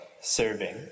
serving